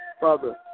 Father